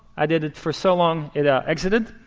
i did it for so long, it ah exited.